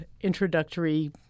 introductory